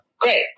great